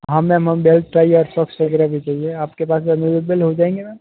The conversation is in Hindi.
हाँ मैम हमें बेल्ट टाइ और सोक्स वगैरह भी चाहिए आपके पास अवेलेबल हो जाएंगे मैम